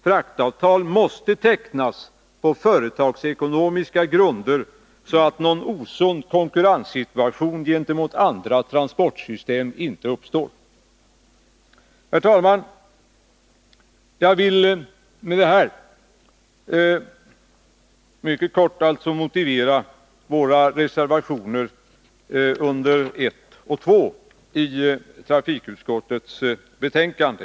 Fraktavtal måste tecknas på företagsekonomiska grunder, så att en osund konkurrenssituation gentemot andra transportsystem inte uppstår. Herr talman! Jag vill med detta mycket kort motivera våra reservationer under punkterna 1 och 2 i trafikutskottets betänkande.